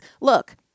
look